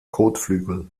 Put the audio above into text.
kotflügel